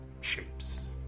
shapes